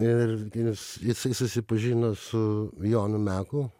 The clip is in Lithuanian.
ir jis jisai susipažino su jonu meku